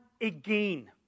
again